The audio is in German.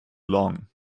long